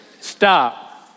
Stop